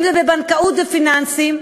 אם זה בבנקאות ופיננסים,